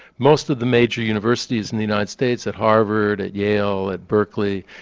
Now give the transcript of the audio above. most of the major universities in the united states at harvard, at yale, at berkeley,